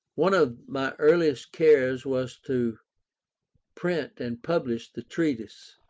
one of my earliest cares was to print and publish the treatise,